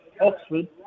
Oxford